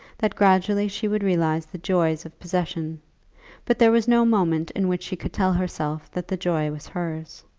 that gradually she would realize the joys of possession but there was no moment in which she could tell herself that the joy was hers.